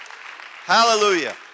Hallelujah